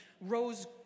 rose